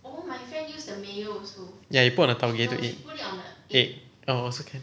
ya you put it on the taugeh to eat egg orh also can